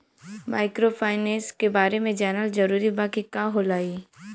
Microfinance के बारे में जानल जरूरी बा की का होला ई?